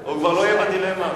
הוא כבר לא יהיה בדילמה הזאת.